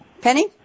Penny